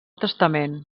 testament